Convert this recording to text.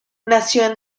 nació